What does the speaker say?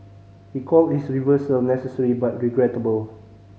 he called his reversal necessary but regrettable